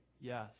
yes